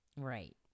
Right